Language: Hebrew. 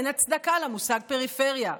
אין הצדקה למושג פריפריה.